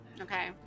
okay